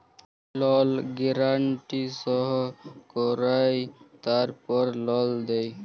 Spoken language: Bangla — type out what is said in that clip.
লল গ্যারান্টি সই কঁরায় তারপর লল দেই